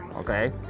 okay